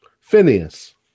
Phineas